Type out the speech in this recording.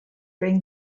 bring